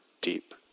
deep